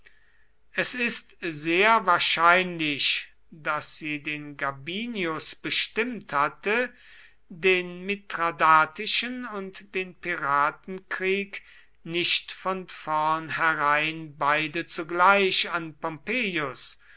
es ist sehr wahrscheinlich daß sie den gabinius bestimmt hatte den mithradatischen und den piratenkrieg nicht von vornherein beide zugleich an pompeius